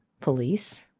police